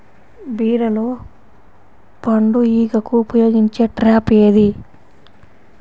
బీరలో పండు ఈగకు ఉపయోగించే ట్రాప్ ఏది?